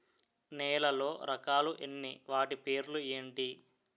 నేలలో రకాలు ఎన్ని వాటి పేర్లు ఏంటి?